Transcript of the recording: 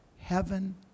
heaven